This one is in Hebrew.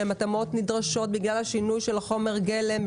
שהם התאמות נדרשות בגלל השינוי של חומר הגלם,